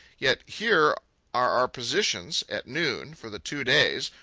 yet here are our positions, at noon, for the two days,